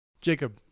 Jacob